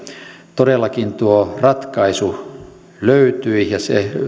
todellakin tuo ratkaisu löytyi ja se